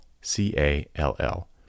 C-A-L-L